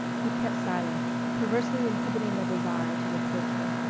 he kept silent, perversely inhibiting a desire to reproach her.